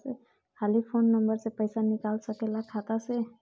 खाली फोन नंबर से पईसा निकल सकेला खाता से?